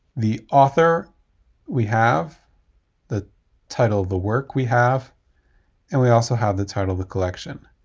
the author we have the title of the work we have and we also have the title of the collection.